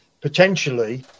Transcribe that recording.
potentially